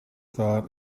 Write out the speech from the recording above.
thought